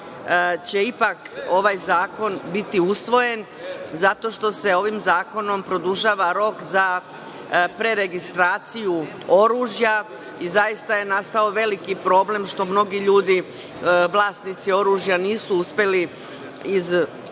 će ipak ovaj zakon biti usvojen, zato što se ovim zakonom produžava rok za preregistraciju oružja. Zaista je nastao veliki problem što mnogi ljudi, vlasnici oružja nisu uspeli iz, da li